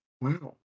Wow